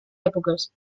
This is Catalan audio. èpoques